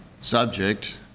Subject